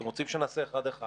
אתם רוצים שנעשה אחד-אחד?